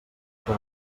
que